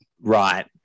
Right